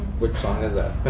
which song is that?